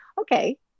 okay